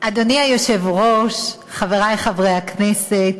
אדוני היושב-ראש, חברי חברי הכנסת,